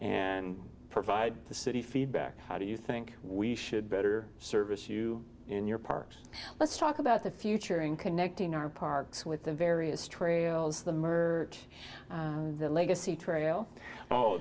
and provide the city feedback how do you think we should better service you in your parks let's talk about the future in connecting our parks with the various trails the mert the legacy trail oh